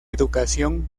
educación